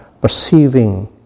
perceiving